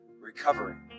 Recovering